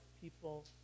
people